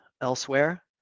elsewhere